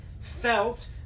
felt